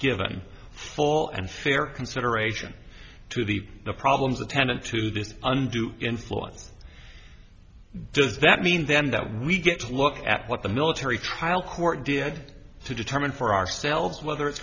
given full and fair consideration to the problems attendant to this undue influence does that mean then that we get to look at what the military trial court did to determine for ourselves whether it's